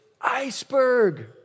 Iceberg